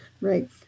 right